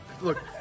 look